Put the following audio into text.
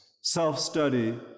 self-study